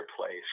place